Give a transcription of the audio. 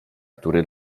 który